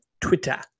twitter